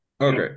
Okay